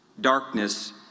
darkness